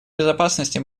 безопасности